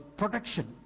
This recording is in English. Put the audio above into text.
protection